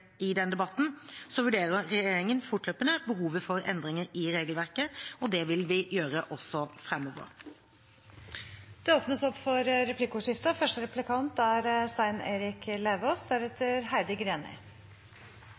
debatten, vurderer regjeringen fortløpende behovet for endringer i regelverket. Det vil vi gjøre også framover. Det blir replikkordskifte.